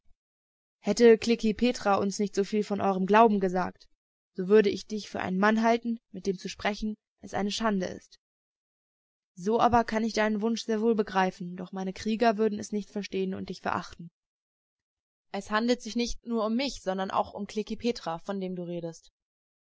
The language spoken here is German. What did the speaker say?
hätte klekih petra uns nicht so viel von eurem glauben gesagt so würde ich dich für einen mann halten mit dem zu sprechen eine schande ist so aber kann ich deinen wunsch sehr wohl begreifen doch meine krieger würden es nicht verstehen und dich verachten es handelt sich nicht nur um mich sondern auch um klekih petra von dem du redest